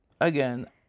again